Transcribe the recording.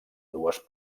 dues